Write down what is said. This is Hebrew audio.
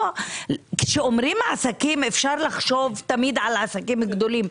כשאומרים עסקים אפשר לחשוב תמיד על עסקים גדולים.